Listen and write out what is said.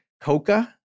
coca